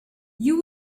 you